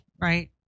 right